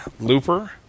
Looper